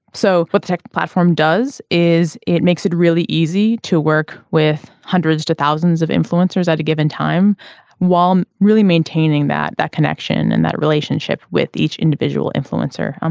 so what tech platform does is it makes it really easy to work with hundreds to thousands of influencers at a given time while really maintaining that that connection and that relationship with each individual influencer. um